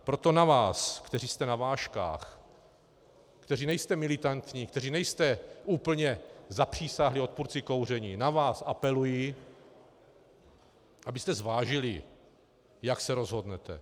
Proto na vás, kteří jste na vážkách, kteří nejste militantní, kteří nejste úplně zapřísáhlí odpůrci kouření, na vás apeluji, abyste zvážili, jak se rozhodnete.